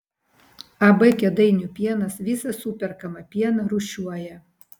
ab kėdainių pienas visą superkamą pieną rūšiuoja